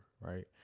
right